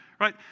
right